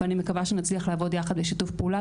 ואני מקווה שנצליח לעבוד יחד בשיתוף פעולה